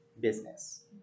business